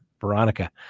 Veronica